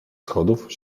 schodów